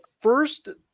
first